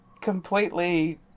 completely